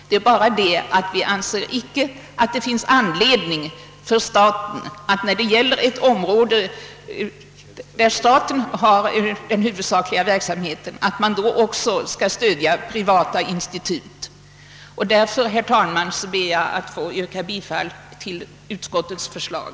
Det är bara så, att vi inte anser att det finns anledning för staten att när det gäller ett område, där staten svarar för den huvudsakliga verksamheten, också stödja privata institut. Därför ber jag, herr talman, att få yrka bifall till utskottets förslag.